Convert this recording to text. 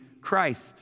Christ